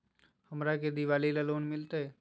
हमरा के दिवाली ला लोन मिलते?